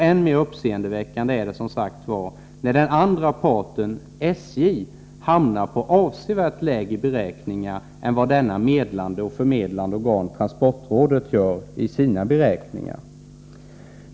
Än mer uppseendeväckande är det, som sagt, att den andra parten, SJ, hamnat på avsevärt lägre beräkningar än detta medlande och förmedlande organ, transportrådet, gjort i sina beräkningar.